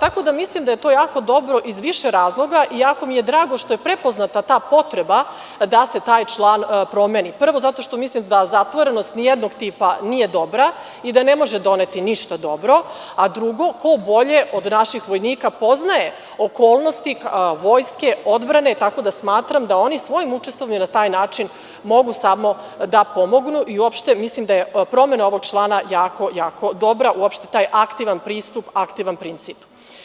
tako da mislim da je to jako dobro iz više razloga i jako mi je drago što je prepoznata ta potreba da se taj član promeni, prvo, zato što mislim da zatvorenost nijednog tipa nije dobra i da ne može doneti ništa dobro, a drugo, ko bolje od naših vojnika poznaje okolnosti vojske, odbrane, tako da smatram da oni svojim učestvovanjem na taj način mogu samo da pomognu i uopšte mislim da je promena ovog člana jako dobra, uopšte taj aktivan pristup, aktivan princip.